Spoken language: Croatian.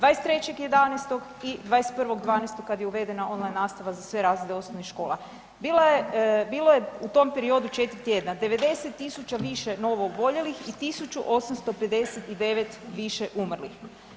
23.11. i 21.12. kad je uvedena online nastava za sve razrede osnovnih škola, bilo je u tom periodu 4 tjedna, 90 tisuća više novooboljelih i 1859 više umrlih.